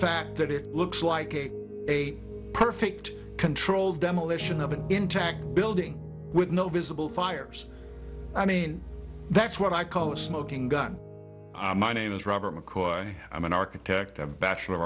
fact that it looks like a perfect controlled demolition of an intact building with no visible fires i mean that's what i call a smoking gun my name is robert mccoy i'm an architect of bachelor